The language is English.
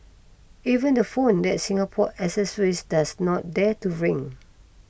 even the phone that Singapore accessories does not dare to ring